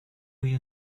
you